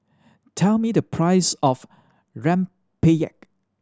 tell me the price of rempeyek